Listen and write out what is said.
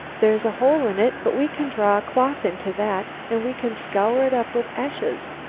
there's a hole in it, but we can draw a cloth into that, and we can scour it up with ashes.